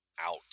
out